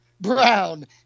Brown